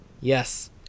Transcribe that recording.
Yes